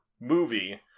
movie